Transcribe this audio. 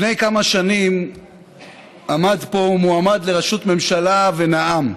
לפני כמה שנים עמד פה מועמד לראשות ממשלה ונאם,